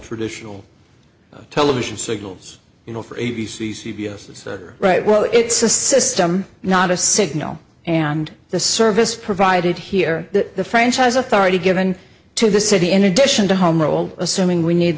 traditional television signals you know for a b c c b s right well it's a system not a signal and the service provided here to the franchise authority given to the city in addition to home roll assuming we need